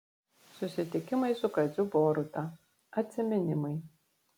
susitikimai su kaziu boruta atsiminimai